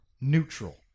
neutral